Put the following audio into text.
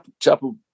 Chapel